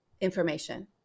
information